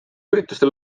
üritustel